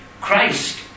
Christ